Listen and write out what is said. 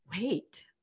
wait